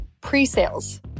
pre-sales